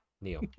neil